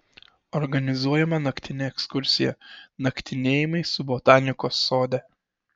organizuojama naktinė ekskursija naktinėjimai su botanikos sode